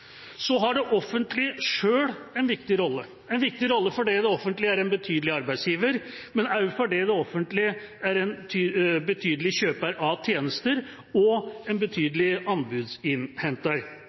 Så har det offentlige sjøl en viktig rolle – en viktig rolle fordi det offentlige er en betydelig arbeidsgiver, men også fordi det offentlige er en betydelig kjøper av tjenester og en